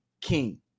King